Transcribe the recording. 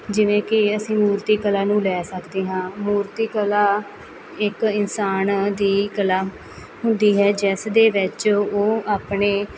ਜਿਵੇਂ ਕਿ ਅਸੀਂ ਮੂਰਤੀ ਕਲਾ ਨੂੰ ਲੈ ਸਕਦੇ ਹਾਂ ਮੂਰਤੀ ਕਲਾ ਇੱਕ ਇਨਸਾਨ ਦੀ ਕਲਾ ਹੁੰਦੀ ਹੈ ਜਿਸ ਦੇ ਵਿੱਚ ਉਹ ਆਪਣੇ